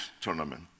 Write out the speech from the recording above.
tournament